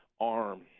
arm